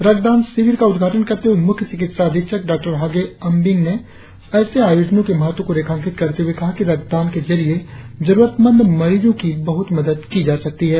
रक्तदान शिविर का उद्घातन करते हुए मुख्य चिकित्सा अधीक्षक डॉ हागे अमबिंग ने ऐसे आयोजनों के महत्व को रेखांकित करते हुए कहा कि रक्तदान के जरिए जरुरत मंद मरीजों की बहुत मदद की जा सकती है